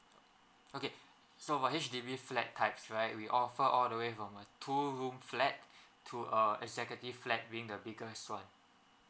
okay so for H_D_B flat types right we offer all the way from a two room flat to a executive flat being the biggest one